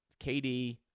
KD